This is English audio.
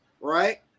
right